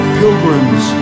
pilgrims